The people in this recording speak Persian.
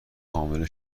حامله